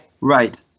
right